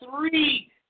three